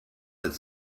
that